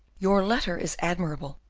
your letter is admirable!